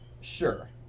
sure